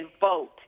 vote